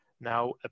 Now